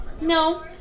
No